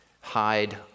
hide